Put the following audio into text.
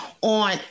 on